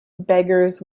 beggars